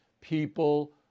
people